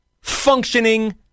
functioning